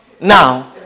now